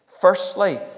Firstly